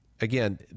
Again